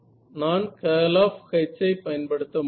நான் curl of H ஐ பயன்படுத்த முடியும்